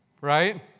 right